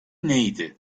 neydi